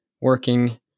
working